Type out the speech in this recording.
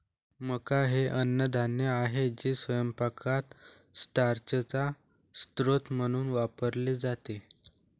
मका हे अन्नधान्य आहे जे स्वयंपाकात स्टार्चचा स्रोत म्हणून वापरले जाते